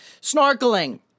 Snorkeling